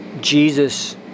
Jesus